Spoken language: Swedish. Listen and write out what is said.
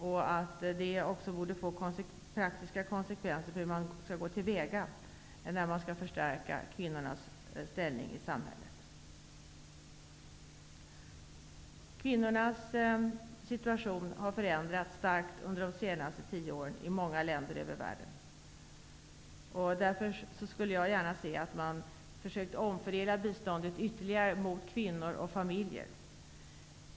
Det borde också få praktiska konsekvenser för hur man skall gå till väga när man skall förstärka kvinnornas ställning i samhället. Kvinnornas situation har förändrats starkt under de senaste tio åren i många länder i världen. Jag skulle därför gärna se att man försökt omfördela biståndet ytterligare mot kvinnor och familjer.